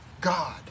God